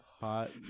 Hot